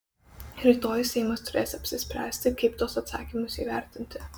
rytoj seimas turės apsispręsti kaip tuos atsakymus įvertinti